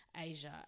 Asia